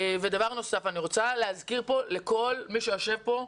דבר נוסף, אני רוצה להזכיר פה, לכל מי שיושב פה,